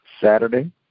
Saturday